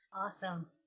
Awesome